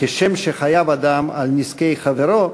"כשם שחייב אדם על נזקי חברו,